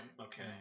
okay